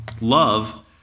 love